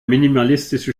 minimalistische